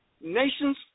nations